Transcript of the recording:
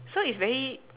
so it's very